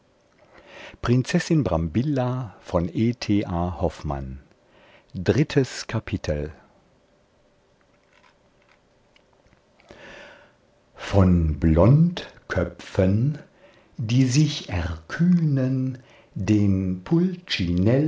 drittes kapitel von blondköpfen die sich erkühnen den